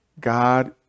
God